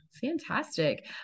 Fantastic